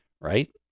right